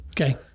okay